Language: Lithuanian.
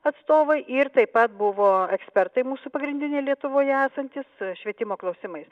atstovai ir taip pat buvo ekspertai mūsų pagrindiniai lietuvoje esantys švietimo klausimais